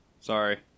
Sorry